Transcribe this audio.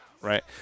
right